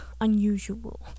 unusual